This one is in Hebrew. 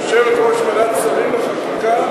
יושבת-ראש ועדת שרים לחקיקה,